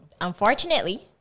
Unfortunately